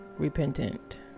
repentant